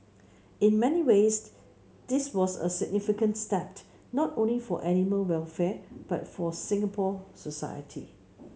in many ways this was a significant step not only for animal welfare but for Singapore society